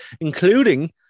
including